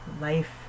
life